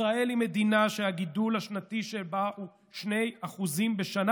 ישראל היא מדינה שהגידול השנתי שבה הוא 2% בשנה.